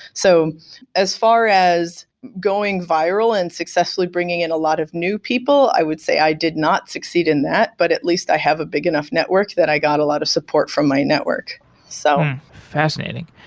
so as far as going viral and successfully bringing in a lot of new people, i would say i did not succeed in that, but at least i have a big enough network that i got a lot of support from my network so fascinating.